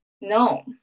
No